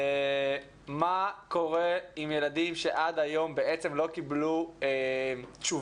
מה קורה עם ילדים שעד היום לא קיבלו תשובה,